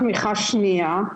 שנייה